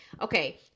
Okay